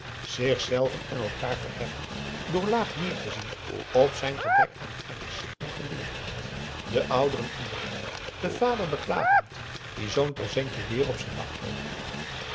zichzelven en elkaar verheffend door laag neer te zien op zijn gebrek aan kennis en geleerdheid de ouderen onder hen den vader beklagend die zoo'n presentje weer op z'n dak kreeg